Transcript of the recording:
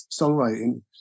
songwriting